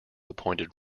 appointed